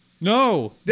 No